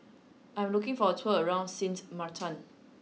I am looking for a tour around Sint Maarten